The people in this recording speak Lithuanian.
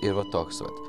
tai va toks vat